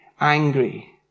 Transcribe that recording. angry